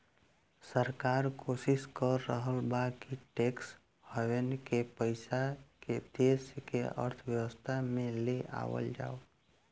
सरकार कोशिस कर रहल बा कि टैक्स हैवेन के पइसा के देश के अर्थव्यवस्था में ले आवल जाव